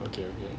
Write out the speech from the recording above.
okay okay